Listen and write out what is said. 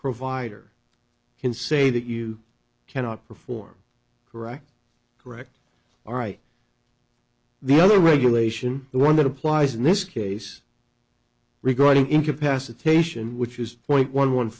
provider can say that you cannot perform correct correct all right the other regulation the one that applies in this case regarding incapacitation which is point one one